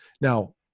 now